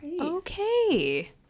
Okay